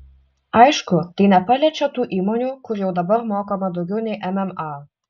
aišku tai nepaliečia tų įmonių kur jau dabar mokama daugiau nei mma